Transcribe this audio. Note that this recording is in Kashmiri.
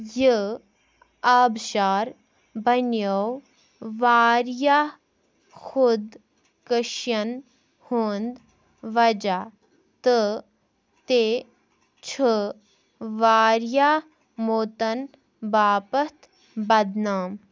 یہِ آبشار بنٛیٚو واریٛاہ خۄدکشیَن ہُنٛد وجہ تہٕ تہِ چھُ واریٛاہ موتَن باپتھ بدنام